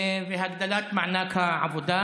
והגדלת מענק העבודה,